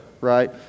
right